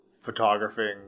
photographing